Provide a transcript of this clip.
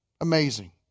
Amazing